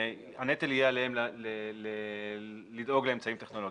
הנטל יהיה עליהם לדאוג לאמצעים טכנולוגיים.